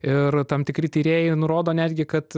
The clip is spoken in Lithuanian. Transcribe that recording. ir tam tikri tyrėjai nurodo netgi kad